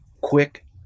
quick